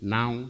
Now